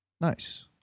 Nice